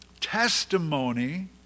testimony